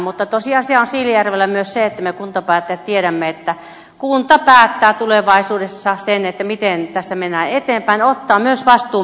mutta tosiasia on siilinjärvellä myös se että me kuntapäättäjät tiedämme että kunta päättää tulevaisuudessa sen miten tässä mennään eteenpäin ja ottaa myös vastuun päätöksistään